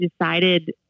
decided